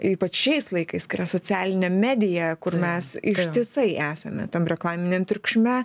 ypač šiais laikais kai yra socialinė medija kur mes ištisai esame tam reklaminiam triukšme